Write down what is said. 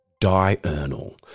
Diurnal